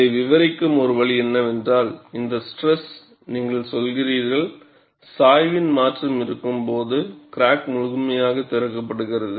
இதை விவரிக்கும் ஒரு வழி என்னவென்றால் இந்த ஸ்ட்ரெஸ் நீங்கள் சொல்கிறீர்கள் சாய்வின் மாற்றம் இருக்கும்போது கிராக் முழுமையாக திறக்கப்படுகிறது